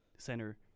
center